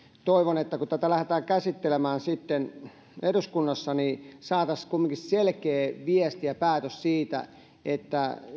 toivon että kun tätä lähdetään käsittelemään sitten eduskunnassa niin saataisiin kumminkin selkeä viesti ja päätös siitä että